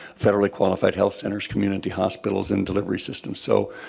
federally qualified health centers, community hospitals, and delivery systems so